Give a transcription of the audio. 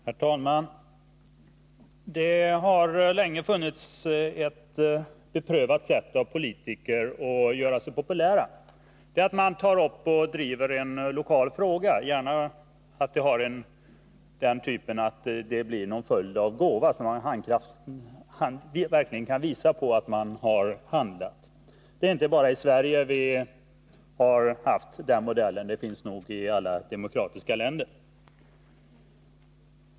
Herr talman! Det har länge funnits ett beprövat sätt för politiker att göra sig populära. Det är att ta upp och driva en lokal fråga — gärna av den typen att det kan bli någon form av gåva, så att man kan visa att man verkligen har handlat. Det är inte bara i Sverige vi har haft den modellen — den finns nog i alla demokratiska länder.